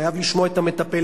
חייב לשמוע את המטפל.